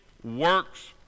works